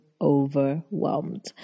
overwhelmed